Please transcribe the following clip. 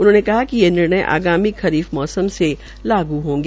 उन्होंने बताया कि ये निर्णय आगामी खरीफ मौसम से लागू होगा